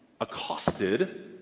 accosted